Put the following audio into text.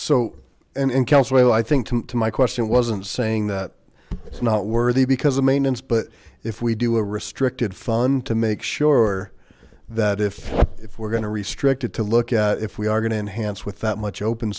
think my question wasn't saying that it's not worthy because of maintenance but if we do a restricted fun to make sure that if if we're going to restrict it to look at if we are going to enhance with that much open